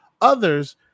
others